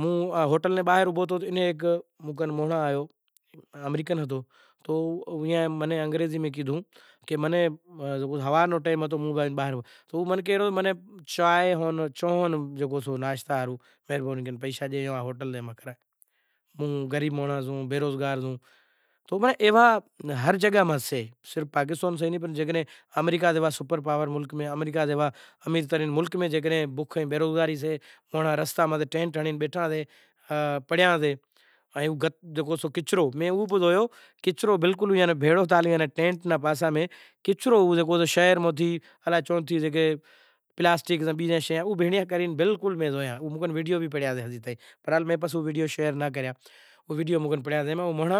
موں ہمزوں کہ دنیا نے موٹاں مسئلاں ماں غربت بھی ہیک مسئلو سے۔ غربت صرف پاکستان نو نتھی میں آمریکا میں روڈاں رستاں متھے بھانڑیا کہ مانڑاں بلکل سائیڈاں ماتھے ننہاں ننہیاں جھونپڑیاں ٹھائی تمیں میرپورخاص میں زوشو کہ تماں نے جھونپڑیاں آڑا روڈاں رستاں نی پاساں میں پڑیا راشیں۔